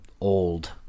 Old